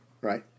Right